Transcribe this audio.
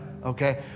Okay